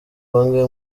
bangahe